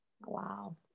Wow